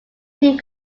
tim